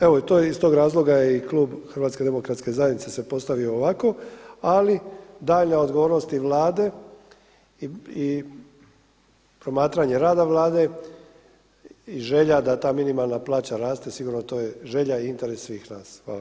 Evo i iz tog razloga je i klub HDZ-a se postavio ovako ali daljnja odgovornost i Vlade i promatranja rada Vlade i želja da ta minimalna plaća raste, sigurno to je želja i interes svih nas.